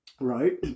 Right